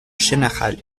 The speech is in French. général